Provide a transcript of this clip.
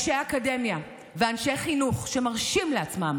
התופעה הזאת של אנשי אקדמיה ואנשי חינוך שמרשים לעצמם